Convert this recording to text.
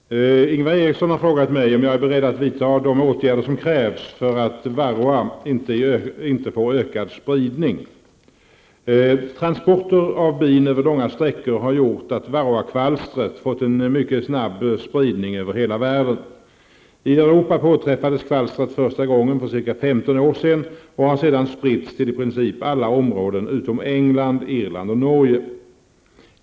Herr talman! Ingvar Eriksson har frågat mig om jag är beredd att vidtaga de åtgärder som krävs, så att varroa inte får ökad spridning. Transporter av bin över långa sträckor har gjort att varroakvalstret fått en mycket snabb spridning över hela världen. I Europa påträffades kvalstret första gången för ca 15 år sedan och har sedan spritts till i princip alla områden utom England, Irland och Norge.